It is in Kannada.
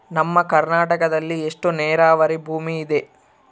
ನಮ್ಮ ಕರ್ನಾಟಕದಲ್ಲಿ ಎಷ್ಟು ನೇರಾವರಿ ಭೂಮಿ ಇದೆ?